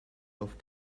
auf